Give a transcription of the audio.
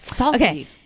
Okay